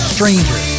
Stranger